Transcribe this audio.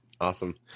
awesome